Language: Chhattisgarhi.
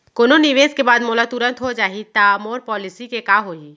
कोनो निवेश के बाद मोला तुरंत हो जाही ता मोर पॉलिसी के का होही?